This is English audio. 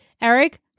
Eric